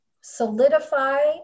solidify